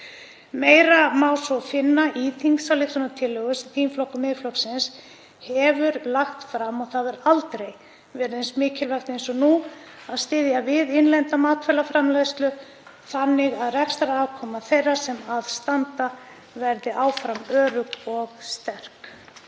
Meira má svo finna í þingsályktunartillögu sem þingflokkur Miðflokksins hefur lagt fram. Það hefur aldrei verið eins mikilvægt og nú að styðja við innlenda matvælaframleiðslu þannig að rekstrarafkoma þeirra sem að henni standa verði áfram öflug og sterk.